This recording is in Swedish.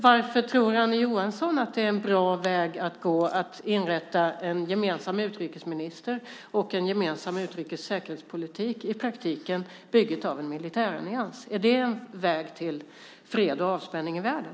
Varför tror Annie Johansson att det är en bra väg att gå att inrätta en gemensam utrikesminister och en gemensam utrikes och säkerhetspolitik, i praktiken byggt av en militärallians? Är det en väg till fred och avspänning i världen?